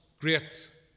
great